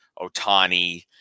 Otani